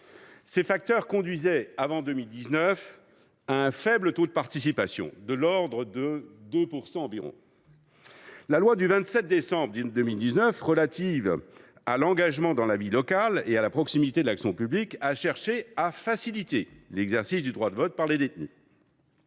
Ces facteurs conduisaient, avant 2019, à un faible taux de participation des détenus, de l’ordre de 2 %. La loi du 27 décembre 2019, relative à l’engagement dans la vie locale et à la proximité de l’action publique, visait à faciliter l’exercice par les détenus